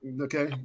Okay